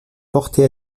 porté